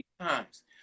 times